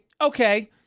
okay